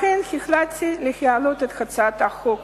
לכן החלטתי להעלות את הצעת החוק